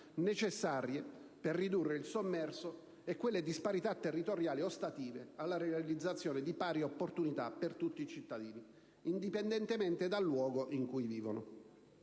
necessarie per ridurre il sommerso e quelle disparità territoriali ostative alla realizzazione di pari opportunità per tutti i cittadini, indipendentemente dal luogo in cui vivono.